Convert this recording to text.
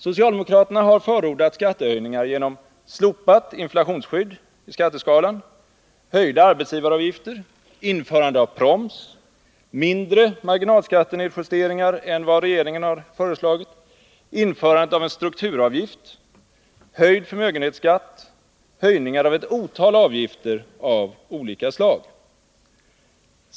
Socialdemokraterna har förordat skattehöjningar genom slopat inflationsskydd i skatteskalan, höjda arbetsgivaravgifter, införandet av proms, mindre marginalskattenedjusteringar än vad regeringen har föreslagit, införandet av en strukturavgift, höjd förmögenhetsskatt och höjningar av ett otal avgifter av olika slag.